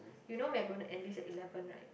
you know we're gonna end this eleven right